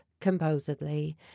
composedly